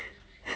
at the start